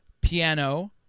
piano